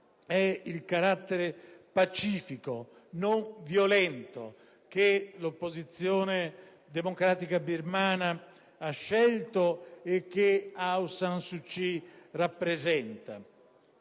è il carattere pacifico e non violento che l'opposizione democratica birmana ha scelto e che Aung San Suu Kyi rappresenta;